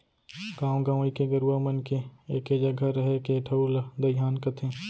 गॉंव गंवई के गरूवा मन के एके जघा रहें के ठउर ला दइहान कथें